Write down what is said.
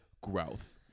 Growth